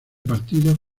partidos